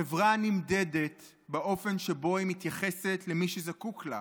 חברה נמדדת באופן שבו היא מתייחסת למי שזקוק לה,